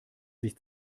sich